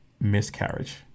miscarriage